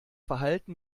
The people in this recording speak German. verhalten